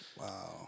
Wow